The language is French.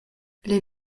les